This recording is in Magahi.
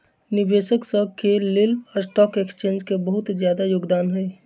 निवेशक स के लेल स्टॉक एक्सचेन्ज के बहुत जादा योगदान हई